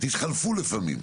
תתחלפו לפעמים.